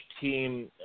team